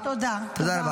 תודה רבה.